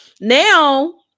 Now